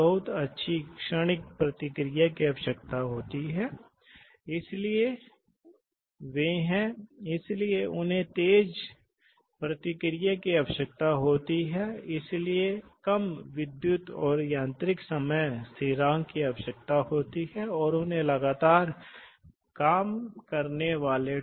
interface की लागत निषेधात्मक हो सकती है आप जानते हैं कि कभी कभी आपको इलेक्ट्रॉनिक्स और अन्य तत्वों के साथ इंटरफ़ेस करना पड़ सकता है इसलिए इसलिए बहुत परिष्कृत नियंत्रणों के लिए कभी कभी आप इलेक्ट्रिक एक्ट्यूएटर जानते हैं जो शायद पसंद करते हैं